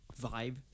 vibe